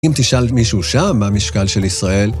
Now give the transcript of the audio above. אם תשאל מישהו שם, מה המשקל של ישראל,